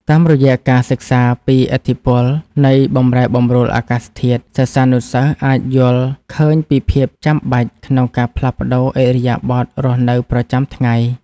តាមរយៈការសិក្សាពីឥទ្ធិពលនៃបម្រែបម្រួលអាកាសធាតុ សិស្សានុសិស្សអាចយល់ឃើញពីភាពចាំបាច់ក្នុងការផ្លាស់ប្តូរឥរិយាបថរស់នៅប្រចាំថ្ងៃ។